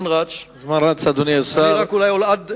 מה לוח הזמנים שבו הממשלה תקבל החלטה בנדון?